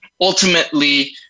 ultimately